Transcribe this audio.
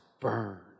burn